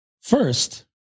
First